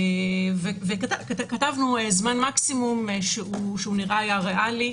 כתבנו: זמן מקסימום שנראה ריאלי,